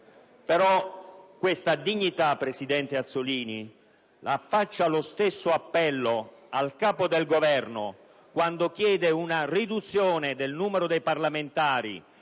forse questa dignità, presidente Azzollini, va rammentata al Capo del Governo quando chiede una riduzione del numero dei parlamentari,